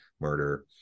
murder